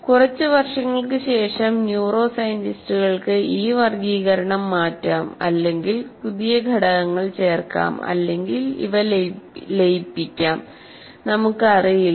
കുറച്ച് വർഷങ്ങൾക്ക് ശേഷം ന്യൂറോ സയന്റിസ്റ്റുകൾക്ക് ഈ വർഗ്ഗീകരണം മാറ്റാം അല്ലെങ്കിൽ ഘടകങ്ങൾ ചേർക്കാം അല്ലെങ്കിൽ ലയിപ്പിക്കാം നമുക്കറിയില്ല